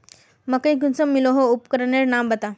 मकई कुंसम मलोहो उपकरनेर नाम बता?